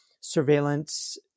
surveillance